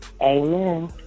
Amen